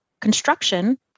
construction